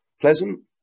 pleasant